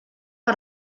que